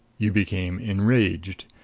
you became enraged.